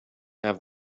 have